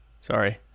Sorry